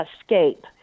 escape